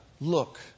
look